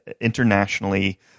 internationally